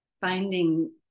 finding